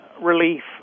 relief